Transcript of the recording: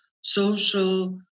social